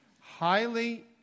highly